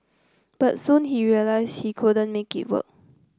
but soon he realised he couldn't make it work